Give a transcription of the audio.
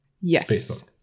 Yes